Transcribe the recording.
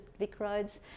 VicRoads